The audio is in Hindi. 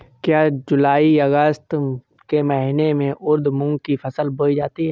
क्या जूलाई अगस्त के महीने में उर्द मूंग की फसल बोई जाती है?